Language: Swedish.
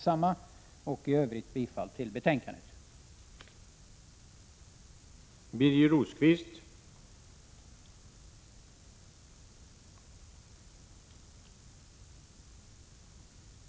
Jag yrkar i övrigt bifall till utskottets hemställan.